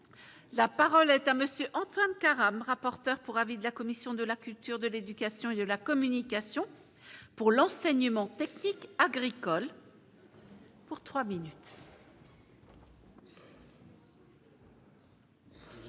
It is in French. la. Parole est à monsieur Antoine Karam, rapporteur pour avis de la commission de la culture, de l'éducation et de la communication pour l'enseignement technique agricole. Madame la